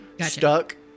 stuck